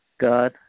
God